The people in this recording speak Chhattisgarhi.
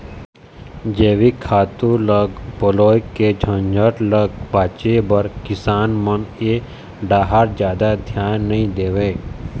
जइविक खातू ल पलोए के झंझट ल बाचे बर किसान मन ए डाहर जादा धियान नइ देवय